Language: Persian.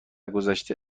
گذشته